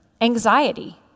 anxiety